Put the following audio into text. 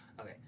Okay